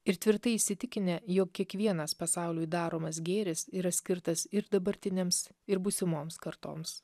ir tvirtai įsitikinę jog kiekvienas pasauliui daromas gėris yra skirtas ir dabartinėms ir būsimoms kartoms